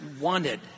wanted